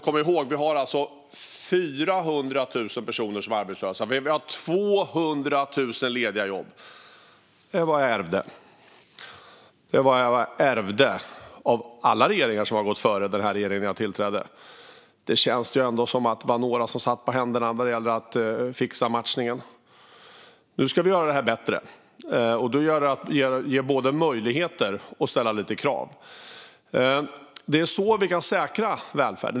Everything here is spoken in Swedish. Kom ihåg att vi har 400 000 personer som är arbetslösa och 200 000 lediga jobb. Det är vad jag ärvde av alla regeringar som har gått före den här regeringen när jag tillträdde. Det känns ändå som att det var några som satt på händerna när det gällde att fixa matchningen. Nu ska vi göra det bättre. Då gäller det att både ge möjligheter och ställa lite krav. Det är så vi kan säkra välfärden.